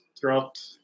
throughout